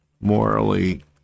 morally